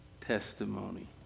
testimony